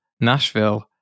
Nashville